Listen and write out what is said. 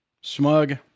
smug